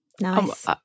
Nice